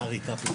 ענבל תעביר.